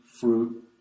fruit